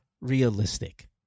realistic